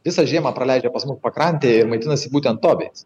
visą žiemą praleidžia pas mus pakrantėje ir maitinasi būtent tobiais